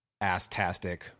ass-tastic